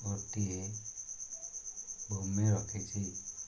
ଗୋଟିଏ ଭୂମି ରଖିଛି